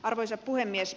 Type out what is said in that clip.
arvoisa puhemies